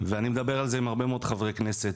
ואני מדבר על זה עם הרבה מאוד חברי כנסת,